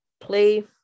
play